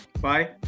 Bye